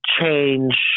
change